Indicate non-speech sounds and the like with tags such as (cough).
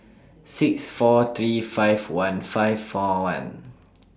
six four three five one five four one (noise)